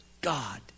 God